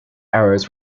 arrows